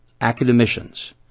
academicians